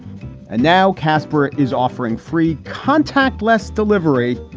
and now casper is offering free contact, less delivery.